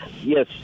Yes